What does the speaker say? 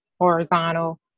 horizontal